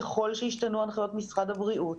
ככל שישתנו הנחיות משרד הבריאות,